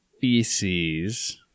Feces